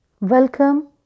Welcome